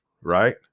right